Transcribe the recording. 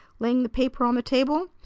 laying the paper on the table,